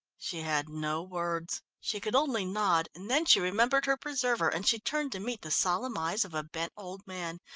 she had no words. she could only nod, and then she remembered her preserver, and she turned to meet the solemn eyes of a bent old man,